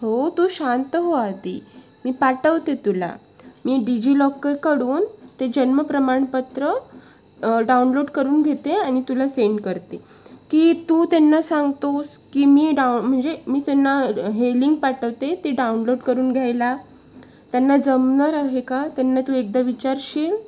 हो तू शांत हो आधी मी पाठवते तुला मी डिजिलॉकरकडून ते जन्म प्रमाणपत्र डाऊनलोड करून घेते आणि तुला सेंड करते की तू त्यांना सांगतोस की मी डाऊ म्हणजे मी त्यांना हे लिंक पाठवते ती डाऊनलोड करून घ्यायला त्यांना जमणार आहे का त्यांना तू एकदा विचारशील